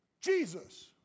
Jesus